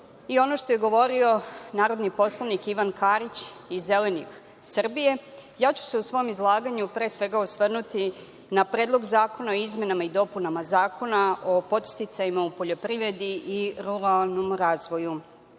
i ono što je govorio narodni poslanik Ivan Karić iz Zelenih Srbije, ja ću se u svom izlaganju pre svega osvrnuti na Predlog zakona o izmenama i dopunama Zakona o podsticajima u poljoprivredi i ruralnom